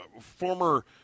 former